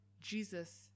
Jesus